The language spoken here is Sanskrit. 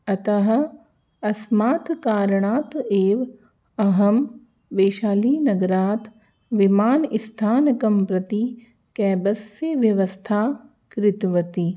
अतः अस्मात् कारणात् एव् अहं वैशालीनगरात् विमानस्थानकं प्रति केबस्य व्यवस्था कृतवती